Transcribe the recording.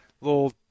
little